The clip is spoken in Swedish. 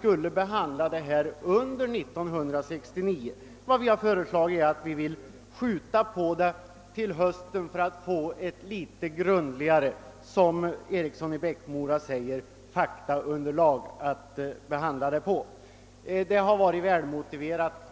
vill behandla ärendet under 1969, men vi har föreslagit att avgörandet skulle uppskjutas till hösten för att få fram, som herr Eriksson i Bäckmora sade, ett grundligare faktaunderlag för beslutet. Ett uppskov framstår som välmotiverat.